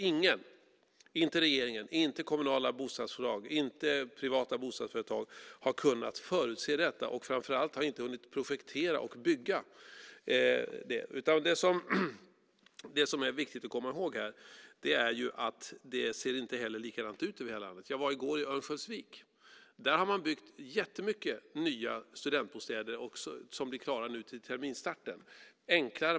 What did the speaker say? Ingen, inte regeringen, inte kommunala bostadsbolag eller privata bostadsföretag, har kunnat förutse detta, och framför allt har vi inte hunnit projektera och bygga bostäder. Det är viktigt att komma ihåg att det inte heller ser likadant ut i hela landet. Jag var i går i Örnsköldsvik. Där har man byggt jättemånga nya studentbostäder som blir klara nu till terminsstarten.